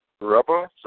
Rubber